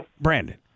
Brandon